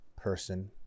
person